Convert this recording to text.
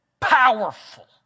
powerful